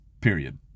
Period